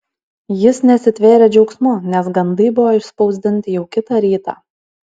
jis nesitvėrė džiaugsmu nes gandai buvo išspausdinti jau kitą rytą